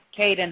Caden